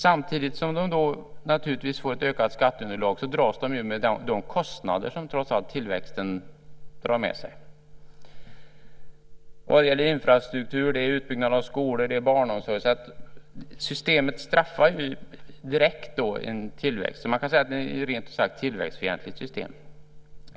Samtidigt som de naturligtvis får ett ökat skatteunderlag dras de med de kostnader som tillväxten trots allt för med sig vad gäller infrastruktur, utbyggnad av skolor och barnomsorg. Systemet straffar alltså tillväxt direkt. Det är rent ut sagt ett tillväxtfientligt system.